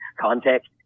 context